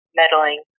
meddling